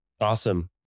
Awesome